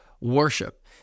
worship